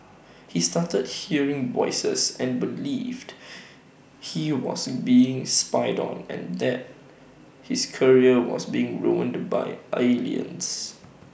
he started hearing voices and believed he was being spied on and that his career was being ruined the by aliens